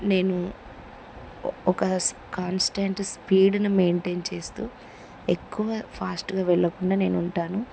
నేను ఒక కాన్స్టెంట్ స్పీడ్ని మెయింటైన్ చేస్తూ ఎక్కువ ఫాస్ట్గా వెళ్ళకుండా నేను ఉంటాను